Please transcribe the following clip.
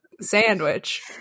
sandwich